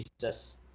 Jesus